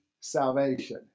salvation